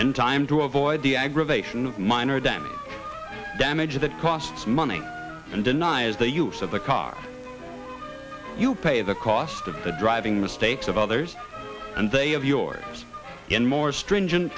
in time to avoid the aggravation of minor them damage that costs money and denies the use of the car you pay the cost of the driving mistakes of others and they of yours in more stringent